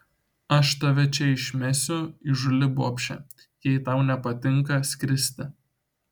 aš tave čia išmesiu įžūli bobše jei tau nepatinka skristi